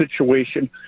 situation